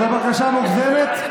זו בקשה מוגזמת?